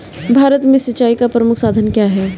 भारत में सिंचाई का प्रमुख साधन क्या है?